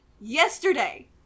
yesterday